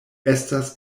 estas